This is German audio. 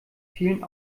vielen